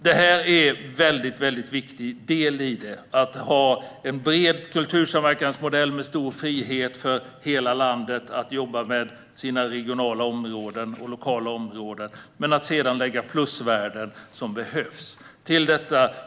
Detta är en väldigt viktig del i det hela - att ha en bred kultursamverkansmodell med stor frihet för hela landet att jobba med sina regionala och lokala områden, men att sedan lägga till plusvärden som behövs.